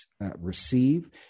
receive